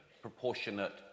proportionate